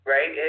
Right